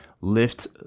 lift